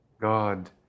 God